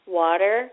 water